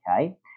okay